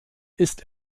ist